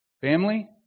family